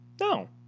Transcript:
no